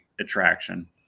attraction